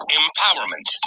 empowerment